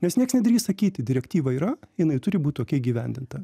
nes nieks nedrįs sakyti direktyva yra jinai turi būt tokia įgyvendinta